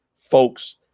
Folks